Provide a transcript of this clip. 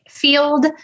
field